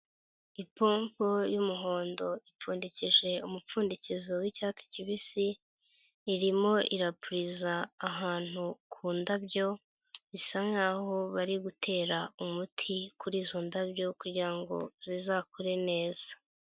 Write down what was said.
Ipompo y'umuhondo ipfundikishije umupfundikizo w'icyatsi kibisi, irimo irapuriza ahantu ku ndabyo, bisa nkaho bari gutera umuti kuri izo ndabyo kugira ngo zizakure neza.